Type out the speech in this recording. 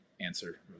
answer